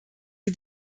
die